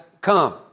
come